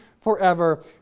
forever